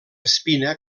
espina